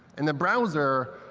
in the browser,